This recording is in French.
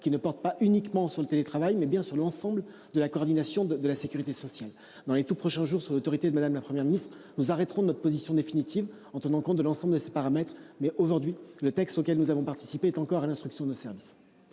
qui ne porte pas uniquement sur le télétravail, mais bien sur l'ensemble de la coordination de la sécurité sociale dans les tout prochains jours sur l'autorité de madame, la Première ministre nous arrêterons de notre position définitive en tenant compte de l'ensemble de ces paramètres. Mais aujourd'hui le texte auquel nous avons participé, est encore à l'instruction de service.